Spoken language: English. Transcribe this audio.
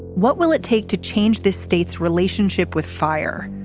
what will it take to change the state's relationship with fire.